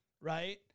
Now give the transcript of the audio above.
right